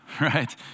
Right